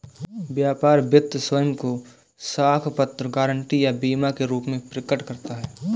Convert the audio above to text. व्यापार वित्त स्वयं को साख पत्र, गारंटी या बीमा के रूप में प्रकट करता है